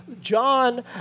John